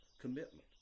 commitment